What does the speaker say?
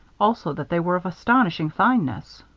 also that they were of astonishing fineness.